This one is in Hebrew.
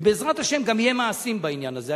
ובעזרת השם גם יהיו מעשים בעניין הזה.